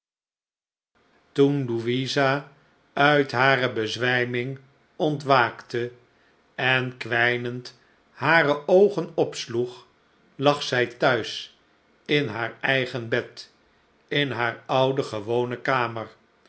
toen louisa uit hare bezwijming ohtwaakte en kwijnend hare oogen opsloeg lag zij thuis in haar eigen bed in hare oude gewone kamer